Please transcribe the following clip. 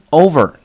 over